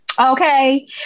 Okay